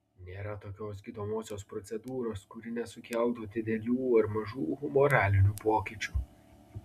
nėra tokios gydomosios procedūros kuri nesukeltų didelių ar mažų humoralinių pokyčių